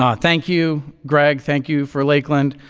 um thank you, greg. thank you for lakeland.